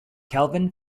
kelvin